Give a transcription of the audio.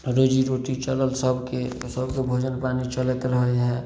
रोजीरोटी चलल सबके सबके भोजन पानि चलैत रहै हइ